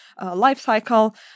lifecycle